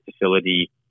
facility